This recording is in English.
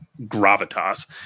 gravitas